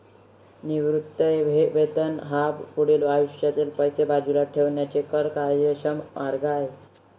निवृत्ती वेतन हा पुढील आयुष्यात पैसे बाजूला ठेवण्याचा कर कार्यक्षम मार्ग आहे